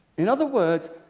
in other words,